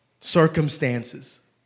circumstances